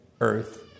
earth